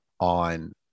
on